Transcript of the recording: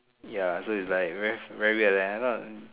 ya so it's like ver~ very weird at the end ah